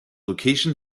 location